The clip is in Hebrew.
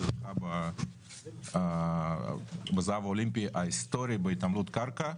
שזכה בזהב אולימפי היסטורי בהתעמלות קרקע.